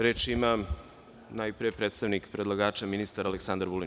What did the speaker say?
Reč ima najpre predstavnik predlagača, ministar Aleksandar Vulin.